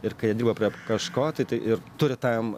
ir kai jie dirba prie kažko tai tai ir turi tam